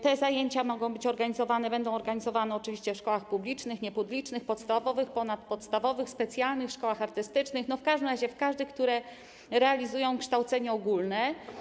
Te zajęcia mogą być organizowane, będą organizowane oczywiście w szkołach publicznych, niepublicznych, podstawowych, ponadpodstawowych, w specjalnych szkołach artystycznych, w każdej szkole, która realizuje kształcenie ogólne.